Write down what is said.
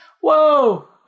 Whoa